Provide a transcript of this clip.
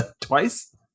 Twice